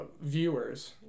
viewers